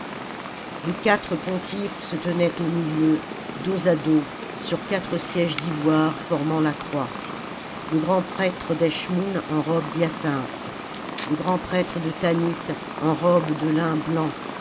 les quatre pontifes se tenaient au milieu dos à dos sur quatre sièges d'ivoire formant la croix le grand prêtre d'eschmoùn en robe d'hyacinthe le grand prêtre de tanit en robe de hn blanc